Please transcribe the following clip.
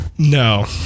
No